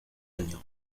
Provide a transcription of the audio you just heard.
año